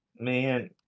Man